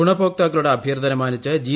ഗുണഭോക്താക്കളുടെ അഭ്യർത്ഥനമാനിച്ച് ജി